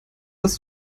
das